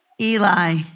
Eli